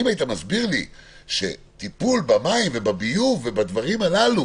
אם היית מסביר לי שטיפול במים ובביוב ובדברים הללו